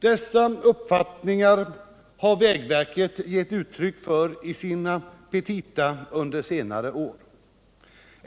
Dessa uppfattningar har vägverket gett uttryck för i sina petita under senare år.